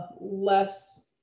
less